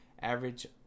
Average